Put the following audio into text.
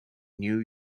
new